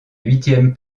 huitième